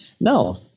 No